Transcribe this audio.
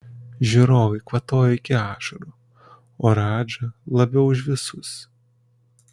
žiūrovai kvatojo iki ašarų o radža labiau už visus